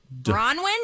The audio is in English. Bronwyn